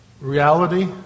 reality